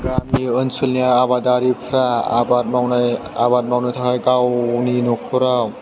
गामि ओनसोलनि आबादारिफोरा आबाद मावनो थाखाय गावनि न'खराव